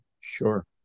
Sure